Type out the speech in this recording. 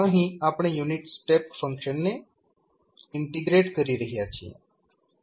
અહીં આપણે unit step ફંક્શનને ઇન્ટિગ્રેટ કરી રહ્યા છીએ